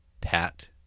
Pat